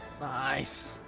Nice